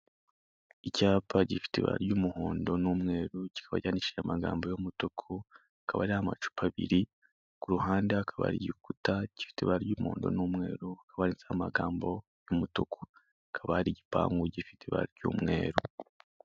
Icyapa gifite ibara ry'umuhondo n'umweru kikaba cyandikishije amagambo y'umutuku hakaba hariho amacupa abiri, ku ruhande hakaba hari igikuta gifite ibara ry'umuhondo n'umweru hakaba handitseho amagambo y'umutuku hakaba hari igipangu gifite ibara ry'umweru.